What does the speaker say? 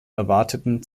erwarteten